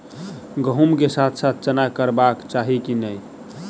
गहुम केँ साथ साथ चना करबाक चाहि की नै?